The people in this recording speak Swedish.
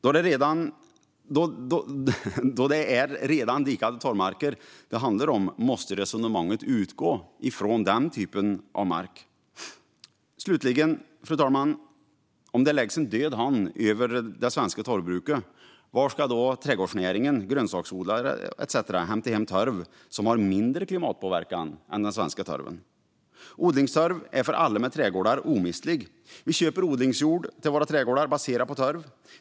Då det är redan dikade torvmarker som det handlar om måste resonemanget utgå från den typen av mark. Slutligen, fru talman: Om det läggs en död hand över det svenska torvbruket, var ska då trädgårdsnäringen, grönsaksodlare etcetera hämta hem torv som har mindre klimatpåverkan än den svenska torven? Odlingstorven är för alla oss med trädgårdar helt omistlig. Vi köper odlingsjord till våra trädgårdar baserad på torv.